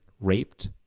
raped